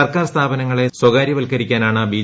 സർക്കാർ സ്ഥാപനങ്ങളെ സ്വകാര്യവത്കരിക്കാനാണ് ബി